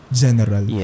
general